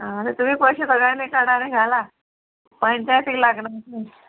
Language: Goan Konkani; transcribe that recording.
आं आतां तुमी पयशे काडा आनी घाला पंच्याक लागना तें